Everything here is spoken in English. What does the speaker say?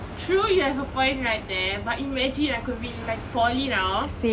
true you have a point right there but imagine I could've been in polytechnic now